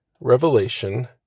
revelation